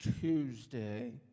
Tuesday